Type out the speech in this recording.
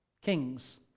Kings